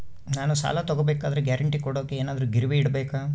ನಾನು ಸಾಲ ತಗೋಬೇಕಾದರೆ ಗ್ಯಾರಂಟಿ ಕೊಡೋಕೆ ಏನಾದ್ರೂ ಗಿರಿವಿ ಇಡಬೇಕಾ?